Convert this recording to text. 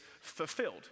fulfilled